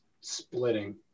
splitting